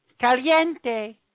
Caliente